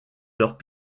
leurs